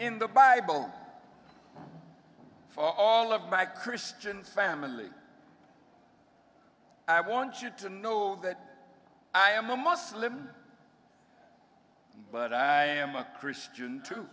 in the bible for all of my christian family i want you to know that i am a muslim but i am a christian too